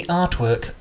artwork